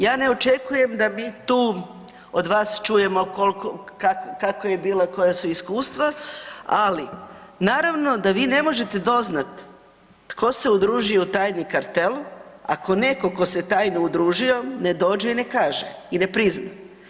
Ja ne očekujem da mi tu od vas čujemo kako je bilo, koja su iskustva, ali naravno da vi ne možete doznati tko se udružio u tajni kartel ako netko tko se tajno udružio ne dođe i ne kaže i ne prizna.